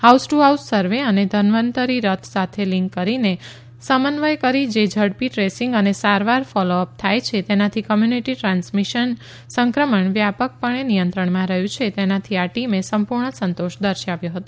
house to house સર્વેને ધન્વંતરી રથ સાથે લિંક કરીને સમન્વય કરીને જે ઝડપી ટ્રેસિંગ અને સારવાર ફોલો અપ થાય છે તેનાથી કોમ્યુનિટી ટ્રાન્સમિશન સંક્રમણ વ્યાપકપણ નિયંત્રણમાં રહ્યું છે તેનાથી આ ટીમે સંપૂર્ણ સંતોષ દર્શાવ્યો હતો